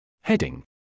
Heading